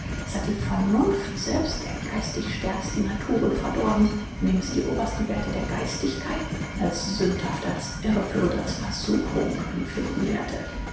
es hat die vernunft selbst der geistig stärksten naturen verdorben indem es die obersten werthe der geistigkeit als sündhaft als irreführend als versuchungen empfinden lehrte